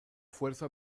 fuerza